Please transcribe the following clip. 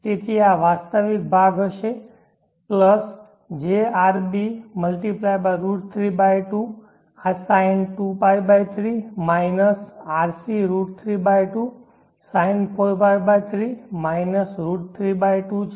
તેથી આ વાસ્તવિક ભાગ હશે વત્તા jrb × √32 આ sin 2π 3 માઇનસ rc √ 32 sin4π3 √32 છે